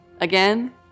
again